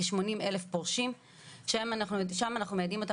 לכ-80,000 פורשים ושם אנחנו מיידעים אותם